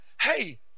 Hey